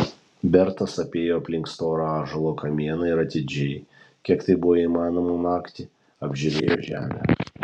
bertas apėjo aplink storą ąžuolo kamieną ir atidžiai kiek tai buvo įmanoma naktį apžiūrėjo žemę